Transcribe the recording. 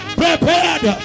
prepared